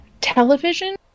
television